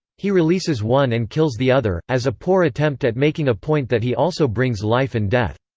he releases one and kills the other, as a poor attempt at making a point that he also brings life and death.